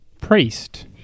priest